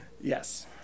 Yes